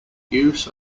use